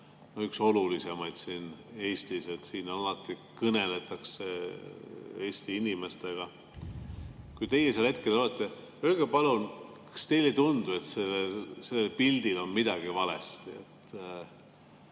üks olulisemaid siin Eestis, et siin alati kõneldakse Eesti inimestega. Kui teie seal hetkel olete, öelge, palun, kas teile ei tundu, et sellel pildil on midagi valesti?